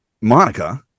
Monica